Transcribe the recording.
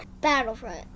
Battlefront